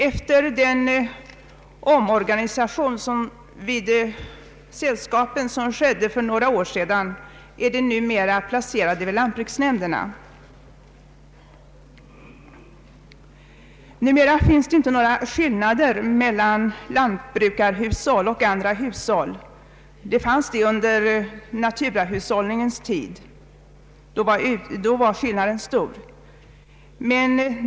Efter den omorganisation av sällskapen som skedde för några år sedan är hemkonsulenterna numera placerade vid lantbruksnämnderna. Numera finns det inte några skillnader mellan lantbrukarhushåll och andra hushåll. Under naturahushållningens tid var skillnaderna stora.